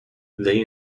they